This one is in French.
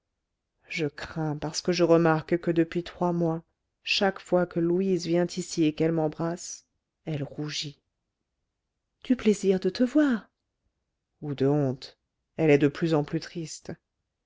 je crains parce que je remarque que depuis trois mois chaque fois que louise vient ici et qu'elle m'embrasse elle rougit du plaisir de te voir ou de honte elle est de plus en plus triste